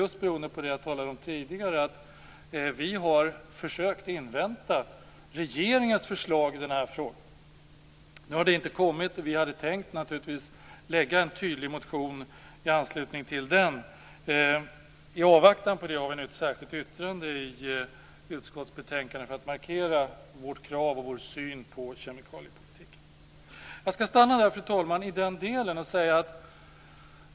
Det beror på att vi har försökt att invänta regeringens förslag i frågan. Nu har det inte kommit. Vi hade tänkt att väcka en tydlig motion i anslutning till regeringens förslag. I avvaktan på det har vi fogat ett särskilt yttrande till utskottets betänkande för att särskilt markera vår syn på kemikaliepolitiken. Fru talman!